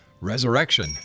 Resurrection